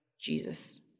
Jesus